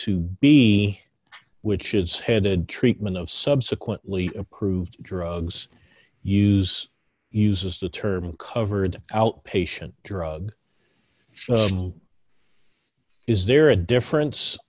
to b which is headed treatment of subsequently approved drugs use uses the term covered outpatient drug is there a difference